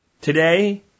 today